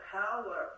power